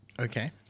Okay